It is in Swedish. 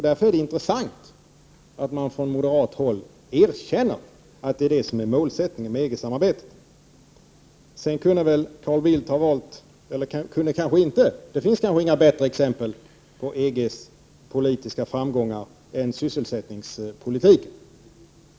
Därför är det intressant att man från moderat håll erkänner att det är det politiska samarbetet som är målsättningen med samarbetet. Carl Bildt kunde kanske inte ha valt några bättre exempel på EG:s politiska framgångar än sysselsättningspolitiken.